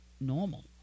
normal